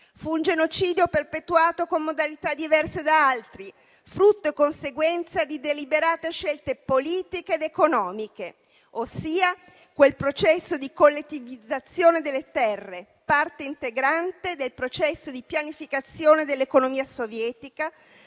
Fu un genocidio perpetuato con modalità diverse da altri, frutto e conseguenza di deliberate scelte politiche ed economiche, ossia quel processo di collettivizzazione delle terre, parte integrante del processo di pianificazione dell'economia sovietica,